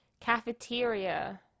cafeteria